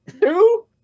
Two